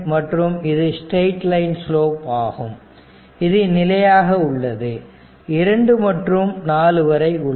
மற்றும் இது straight line slope ஆகும் இது நிலையாக உள்ளது 2 முதல் 4 வரை உள்ளது